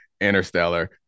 Interstellar